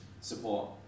support